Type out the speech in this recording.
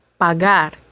Pagar